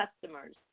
customers